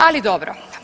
Ali dobro.